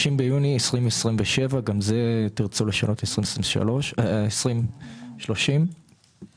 עד יום כ"ה בסיוון התשפ"ז (30 ביוני 2027)